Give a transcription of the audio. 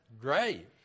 grave